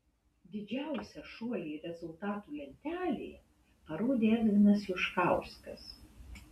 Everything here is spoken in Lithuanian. didžiausią šuolį rezultatų lentelėje parodė edvinas juškauskas